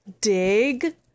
Dig